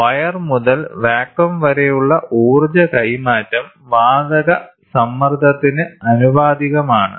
അതിനാൽ വയർ മുതൽ വാതകം വരെയുള്ള ഊർജ്ജ കൈമാറ്റം വാതക സമ്മർദ്ദത്തിന് ആനുപാതികമാണ്